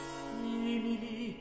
simili